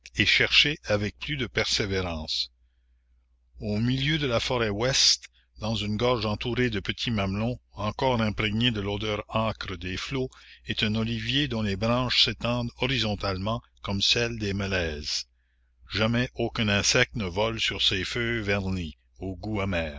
et chercher avec plus de persévérance au milieu de la forêt ouest dans une gorge entourée de petits mamelons encore imprégnés de l'odeur âcre des flots est un olivier dont les branches s'étendent horizontalement comme celles des mélèzes jamais aucun insecte ne vole sur ces feuilles vernies au goût amer